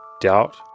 doubt